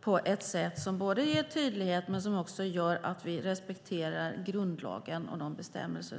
på ett sätt som både ger tydlighet och som samtidigt innebär att vi respekterar grundlagens bestämmelser.